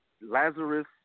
Lazarus